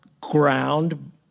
ground